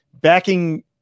backing